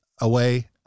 away